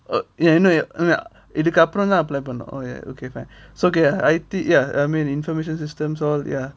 இன்னும் இதுக்கு அப்புறம் தான்:innum idhuku apuram than okay fine so okay I_T ya I mean information systems all ya